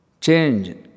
Change